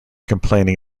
complaining